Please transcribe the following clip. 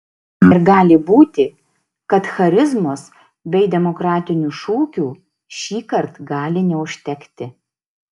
ir gali būti kad charizmos bei demokratinių šūkių šįkart gali neužtekti